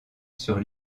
sur